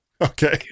Okay